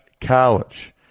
college